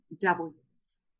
W's